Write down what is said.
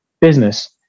business